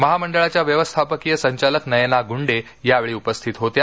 महामंडळाच्या व्यवस्थापकीय संचालक नयना गुंडे यावेळी उपस्थित होत्या